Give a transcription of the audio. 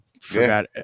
Forgot